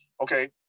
okay